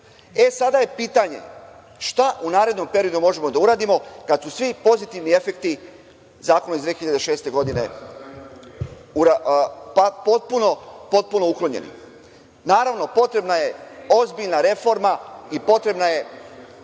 E, sada je pitanje - šta u narednom periodu možemo da uradimo kad su svi pozitivni efekti zakona iz 2006. godine potpuno uklonjeni? Naravno, potrebna je ozbiljna reforma i potrebna je